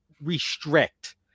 restrict